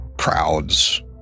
crowds